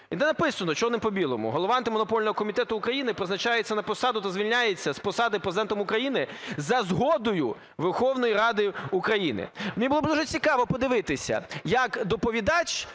і де написано чорним по білому: Голова Антимонопольного комітету України призначається на посаду та звільняється з посади Президентом України за згодою Верховної Ради України. Мені було б дуже цікаво подивитися, як доповідач